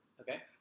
Okay